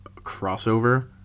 crossover